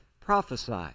prophesy